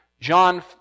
John